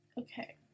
Okay